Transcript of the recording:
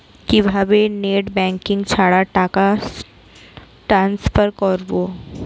কিভাবে net banking ছাড়া টাকা টান্সফার করব?